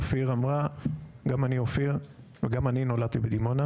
אופיר אמרה גם אני אופיר וגם אני נולדתי בדימונה,